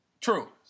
True